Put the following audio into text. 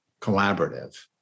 collaborative